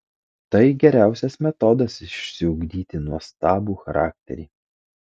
tai geriausias metodas išsiugdyti nuostabų charakterį